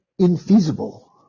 infeasible